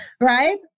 right